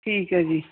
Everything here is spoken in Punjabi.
ਠੀਕ ਹੈ ਜੀ